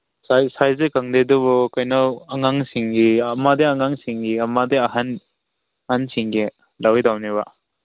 ꯁꯥꯏꯁꯇꯤ ꯈꯪꯗꯦ ꯑꯗꯨꯕꯨ ꯀꯩꯅꯣ ꯑꯉꯥꯡꯁꯤꯡꯒꯤ ꯑꯃꯗꯤ ꯑꯉꯥꯡꯁꯤꯡꯒꯤ ꯑꯃꯗꯤ ꯑꯍꯟ ꯑꯍꯟꯁꯤꯡꯒꯤ ꯇꯧꯒꯦ ꯇꯧꯅꯦꯕ